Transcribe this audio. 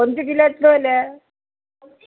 കൊഞ്ച് കിലോ എത്ര വില